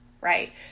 Right